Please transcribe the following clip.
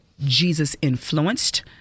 Jesus-influenced